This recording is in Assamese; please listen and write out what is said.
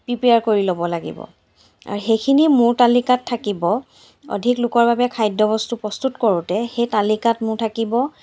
প্ৰিপেয়াৰ কৰি ল'ব লাগিব আৰু সেইখিনি মোৰ তালিকাত থাকিব অধিক লোকৰ বাবে খাদ্য বস্তু প্ৰস্তুত কৰোঁতে সেই তালিকাত মোৰ থাকিব